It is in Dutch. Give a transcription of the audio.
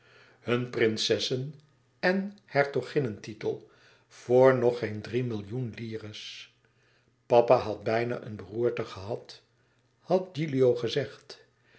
hun prinsesse en hertoginnetitel voor nog geen drie millioen lire's papa had bijna een beroerte gehad had gilio gezegd